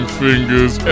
fingers